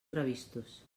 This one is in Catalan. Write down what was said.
previstos